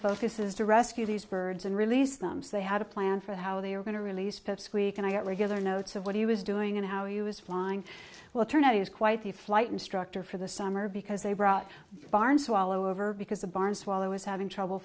focus is to rescue these birds and release them so they have a plan for how they are going to release pipsqueak and i at regular notes of what he was doing and how he was flying well turned out is quite the flight instructor for the summer because they brought barn swallow over because the barn swallow is having trouble